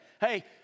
Hey